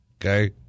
okay